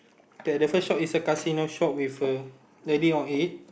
the the first shop is a casino shop with a lady on it